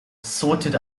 sorted